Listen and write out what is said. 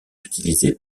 utilisés